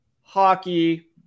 hockey